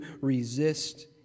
resist